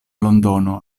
londono